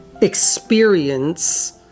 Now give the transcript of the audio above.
experience